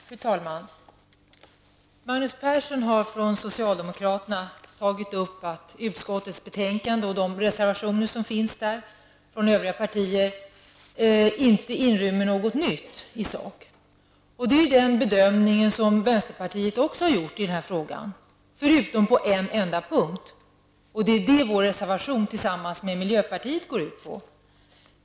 Fru talman! Magnus Persson har redogjort för utskottsmajoritetens och socialdemokraternas förslag och framhållit att reservationerna från övriga partier i sak inte inrymmer någonting nytt. Det är ju den bedömning som även vänsterpartiet har gjort, förutom på en enda punkt. Här har vi en reservation tillsammans med miljöpartiet.